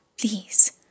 please